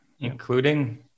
including